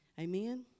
Amen